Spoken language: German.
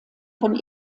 von